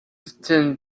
stand